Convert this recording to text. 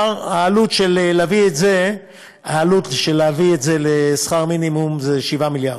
העלות של להביא את זה לשכר מינימום זה 7 מיליארד.